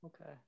Okay